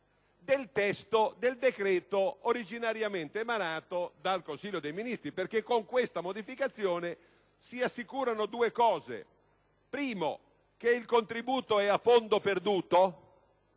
del testo del decreto originariamente emanato dal Consiglio dei ministri, con la quale si assicurano due cose: anzitutto, che il contributo è a fondo perduto